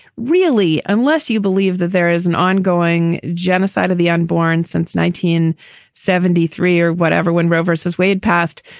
really, unless you believe that there is an ongoing genocide of the unborn since nineteen seventy three or whatever, when roe vs. vs. wade passed,